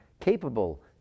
capable